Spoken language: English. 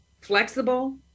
flexible